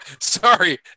sorry